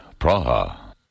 Praha